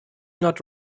not